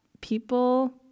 people